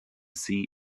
sea